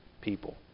people